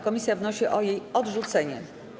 Komisja wnosi o jej odrzucenie.